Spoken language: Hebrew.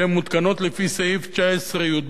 שמותקנות לפי סעיף 19יב,